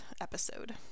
episode